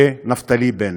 של נפתלי בנט?